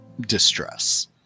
distress